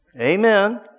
Amen